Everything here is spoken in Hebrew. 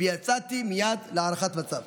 ויצאתי מייד להערכת מצב.